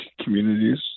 communities